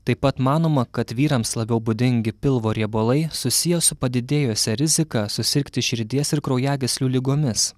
taip pat manoma kad vyrams labiau būdingi pilvo riebalai susiję su padidėjusia rizika susirgti širdies ir kraujagyslių ligomis